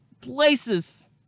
places